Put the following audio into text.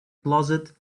closet